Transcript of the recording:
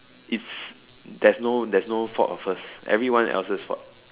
it's there's no there's no fault of us everyone else's fault